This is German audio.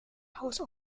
house